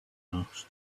asked